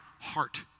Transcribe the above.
heart